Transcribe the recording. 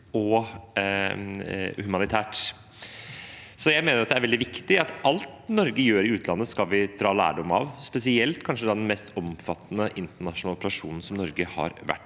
og humanitært. Jeg mener det er veldig viktig at alt Norge gjør i utlandet, skal vi dra lærdom av, kanskje spesielt den mest omfattende internasjonale operasjonen Norge har vært